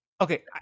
Okay